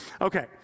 Okay